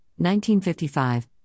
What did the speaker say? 1955